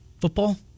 football